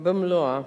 במלואה